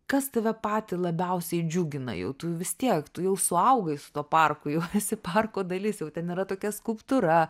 kas tave patį labiausiai džiugina jau tu vis tiek tu jau suaugai su tuo parku jau esi parko dalis jau ten yra tokia skulptūra